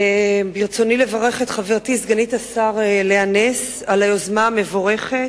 ברצוני לברך את חברתי סגנית השר לאה נס על היוזמה המבורכת.